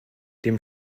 dem